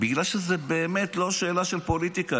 בגלל שזו באמת לא שאלה של פוליטיקה.